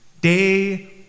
Day